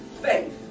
faith